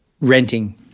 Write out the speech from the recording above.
renting